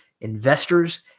investors